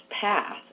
path